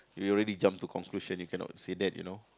you already jump to conclusion you cannot say that you know